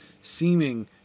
seeming